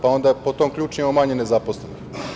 Pa, onda, po tom ključu imamo manje nezaposlenih.